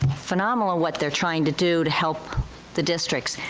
phenomenal what they're trying to do to help the districts.